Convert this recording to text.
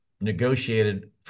negotiated